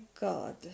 God